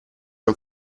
non